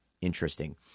interesting